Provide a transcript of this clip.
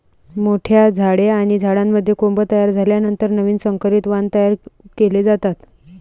मोठ्या झाडे आणि झाडांमध्ये कोंब तयार झाल्यानंतर नवीन संकरित वाण तयार केले जातात